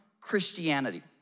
Christianity